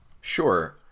Sure